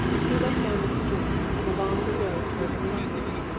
he went down the street and along the road toward the poplars.